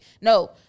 no